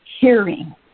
hearing